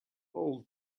all